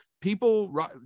people